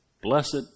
Blessed